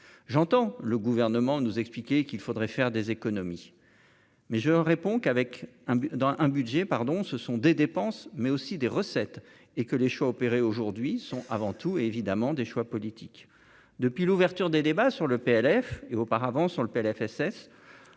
j'entends le gouvernement nous expliquer qu'il faudrait faire des économies, mais je réponds qu'avec un dans un budget, pardon, ce sont des dépenses mais aussi des recettes et que les choix opérés aujourd'hui sont avant tout, évidemment, des choix politiques depuis l'ouverture des débats sur le PLF et auparavant sur le PLFSS